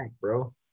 bro